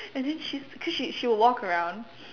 and then she cause she will walk around